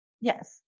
Yes